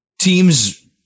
Teams